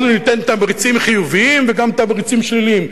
אנחנו ניתן תמריצים חיוביים וגם תמריצים שליליים,